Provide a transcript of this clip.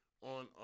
on